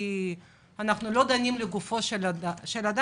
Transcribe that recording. כי אנחנו לא דנים לגופו של אדם,